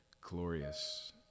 glorious